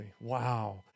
Wow